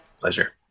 Pleasure